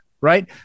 right